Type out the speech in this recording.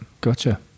gotcha